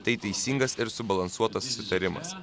tai teisingas ir subalansuotas susitarimas